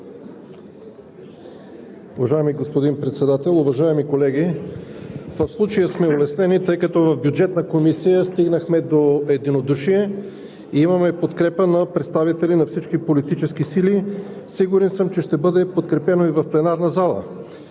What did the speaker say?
Уважаеми господин Председател, уважаеми колеги! В случая сме улеснени, тъй като в Бюджетната комисия стигнахме до единодушие и имаме подкрепа на представители на всички политически сили. Сигурен съм, че ще бъде подкрепено и в пленарната зала,